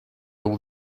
all